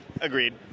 Agreed